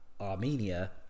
Armenia